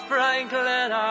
Franklin